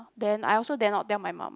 then I also dare not tell my mum